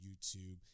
YouTube